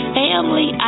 family